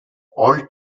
all